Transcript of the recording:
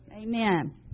Amen